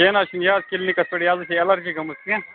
کینٛہہ نہٕ حَظ چھُ نہِ یہِ حَظ کِلنِکس ایلرجِی گمٕژ کینٛہہ